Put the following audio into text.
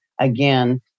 again